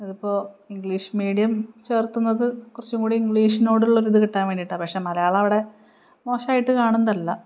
അതിപ്പോൾ English medium ചേർക്കുന്നത് കുറച്ചുംകൂടി ഇംഗ്ലീഷിനോടുള്ളൊരിത് കിട്ടാൻ വേണ്ടിയിട്ടാണ് പക്ഷെ മലയാളം അവിടെ മോശമായിട്ട് കാണുന്നതല്ല